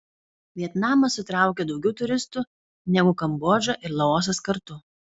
vietnamas sutraukia daugiau turistų negu kambodža ir laosas kartu